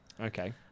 Okay